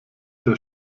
der